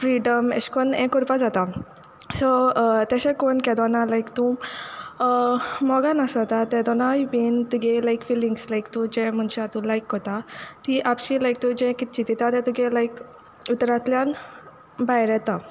freedom एशें कोन्न हें कोरपा जाता सो तेशें कोन्न तेदोना लायक तूं मोगान आसोता तेदोनाय बीन तुगे लायक फिलिंग्स लायक तूं जें मनशा तूं लायक कोत्ता ती आपशी लायक तूं जें किदें चिंतिता तें तुगे लायक उतरांतल्यान भायर येता